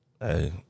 Hey